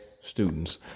students